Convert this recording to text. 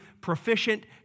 proficient